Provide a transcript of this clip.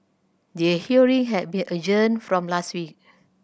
the hearing had been adjourned from last week